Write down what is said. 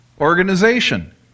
organization